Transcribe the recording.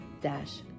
dash